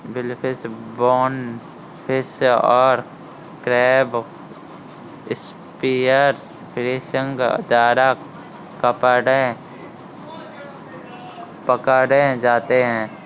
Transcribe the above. billfish, bonefish और crab spear fishing द्वारा पकड़े जाते हैं